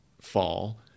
fall